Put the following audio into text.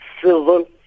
civil